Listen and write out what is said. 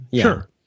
Sure